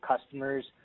customers